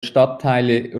stadtteile